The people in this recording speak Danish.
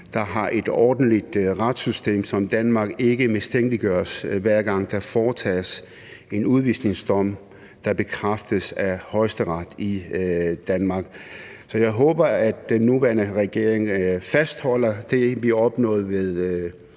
der har et ordentligt retssystem, ikke mistænkeliggøres, hver gang der foretages en udvisningsdom, der bekræftes af Højesteret i det land, herunder i Danmark. Så jeg håber, at den nuværende regering fastholder det, vi opnåede ved